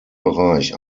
bereich